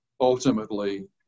ultimately